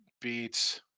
beats